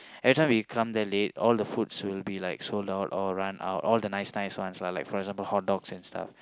every time we come that late all the foods will be like sold out or run out all the nice nice ones lah like for example hotdogs and stuff